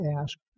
ask